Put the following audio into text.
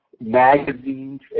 magazines